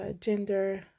gender